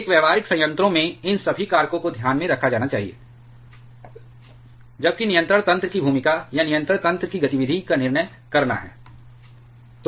एक व्यावहारिक संयंत्रों में इन सभी कारकों को ध्यान में रखा जाना चाहिए जबकि नियंत्रण तंत्र की भूमिका या नियंत्रण तंत्र की गतिविधि का निर्णय करना है